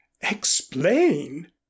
Explain